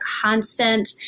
constant